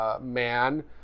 Man